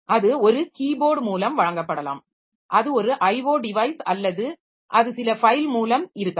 அது ஒரு கீபோர்ட் மூலம் வழங்கப்படலாம் அது ஒரு IO டிவைஸ் அல்லது அது சில ஃபைல் மூலம் இருக்கலாம்